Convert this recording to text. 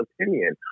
opinion